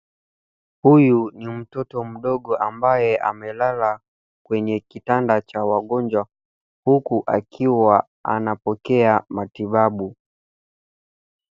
Huyu ni mtoto mdogo ambaye amelala kwenye kitanda cha wagonjwa, huku akiwa anapokea matibabu.